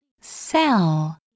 Cell